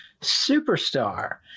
Superstar